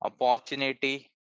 opportunity